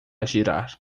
girar